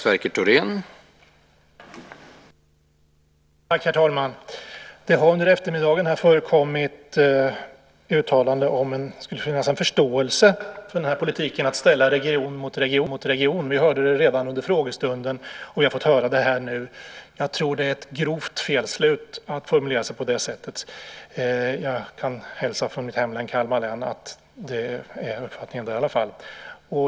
Herr talman! Det har under eftermiddagen förekommit uttalanden om att det ska finnas en förståelse för politiken att ställa region mot region. Vi hörde det redan under frågestunden, och vi har fått höra det här nu. Det är ett grovt felslut att formulera sig så. Jag kan hälsa att uppfattningen är så i mitt hemlän Kalmar län.